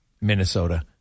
Minnesota